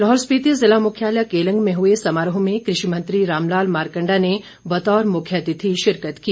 लाहौल स्पीति जिला मुख्यालय केलंग में हुए समारोह में कृषि मंत्री राम लाल मारकंडा ने बतौर मुख्यातिथि शिरकत की